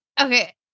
Okay